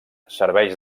serveix